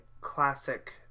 classic